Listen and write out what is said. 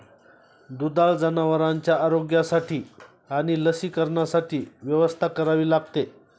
दुधाळ जनावरांच्या आरोग्यासाठी आणि लसीकरणासाठी व्यवस्था करावी लागते